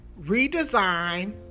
redesign